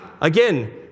Again